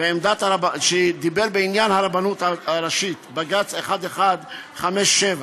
שדיבר בעניין הרבנות הראשית, בג"ץ 1157,